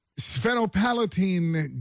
Sphenopalatine